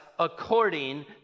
according